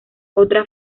otra